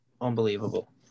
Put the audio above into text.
unbelievable